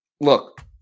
Look